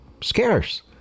scarce